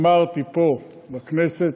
אמרתי פה בכנסת,